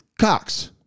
Cox